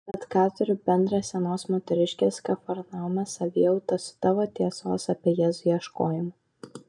bet ką turi bendra senos moteriškės kafarnaume savijauta su tavo tiesos apie jėzų ieškojimu